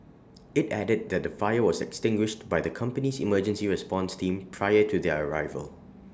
IT added that the fire was extinguished by the company's emergency response team prior to their arrival